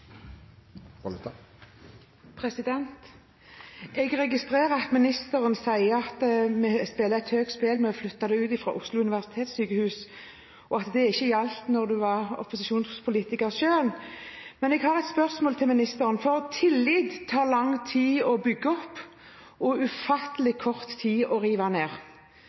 Jeg registrerer at ministeren sier at vi spiller et høyt spill ved å flytte bestemmelser ut fra Oslo universitetssykehus, og at det ikke gjaldt da han selv var opposisjonspolitiker. Jeg har et spørsmål til ministeren: Tillit tar det lang tid å bygge opp og ufattelig kort tid å rive ned.